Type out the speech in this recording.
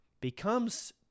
becomes